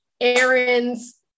errands